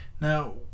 Now